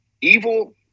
Evil